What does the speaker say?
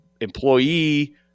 employee